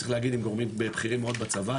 בכירים מאוד בצבא,